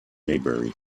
maybury